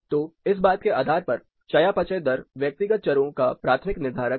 तो इस बात के आधार पर चयापचय दर व्यक्तिगत चरो का प्राथमिक निर्धारक हैं